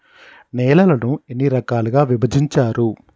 నేలలను ఎన్ని రకాలుగా విభజించారు?